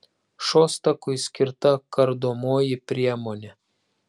šostakui skirta kardomoji priemonė